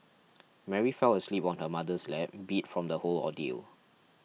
Mary fell asleep on her mother's lap beat from the whole ordeal